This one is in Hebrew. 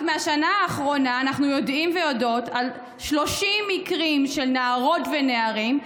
רק מהשנה האחרונה אנחנו יודעים ויודעות על 30 מקרים של נערות ונערים,